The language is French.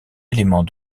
élément